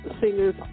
singers